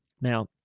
Now